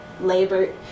labor